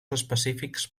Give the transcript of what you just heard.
específics